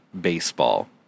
baseball